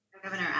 Governor